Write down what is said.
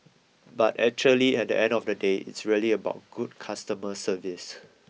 but actually at the end of the day it's really about good customer service